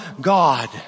God